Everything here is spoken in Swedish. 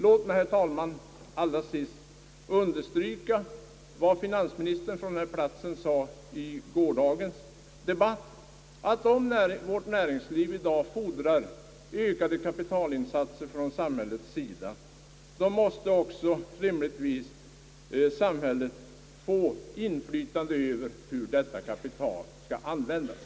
Låt mig, herr talman, allra sist understryka vad finansministern sade i gårdagens debatt i denna kammare, att om vårt näringsliv fordrar ökad tillgång på kapitalinsatser från samhällets sida måste också rimligtvis samhället få inflytande över hur detta kapital skall användas.